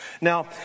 Now